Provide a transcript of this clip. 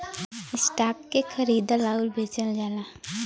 stock के खरीदल आउर बेचल जाला